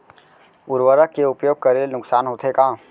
उर्वरक के उपयोग करे ले नुकसान होथे का?